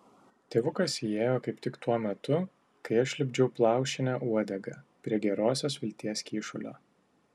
tėvukas įėjo kaip tik tuo metu kai aš lipdžiau plaušinę uodegą prie gerosios vilties kyšulio